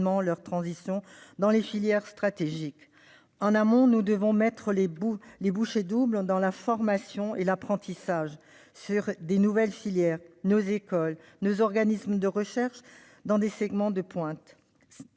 leur transition vers les filières stratégiques. En amont, nous devons mettre les bouchées doubles sur la formation et l'apprentissage, les nouvelles filières, nos écoles et nos organismes de recherche dans des segments de pointe.